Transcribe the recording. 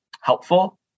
helpful